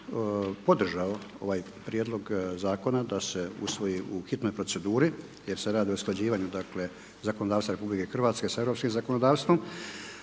podržao ovaj prijedlog zakona da se usvoji u hitnoj proceduri jer se radi o usklađivanju dakle zakonodavstva RH sa europskim zakonodavstvom